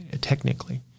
technically